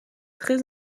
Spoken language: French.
très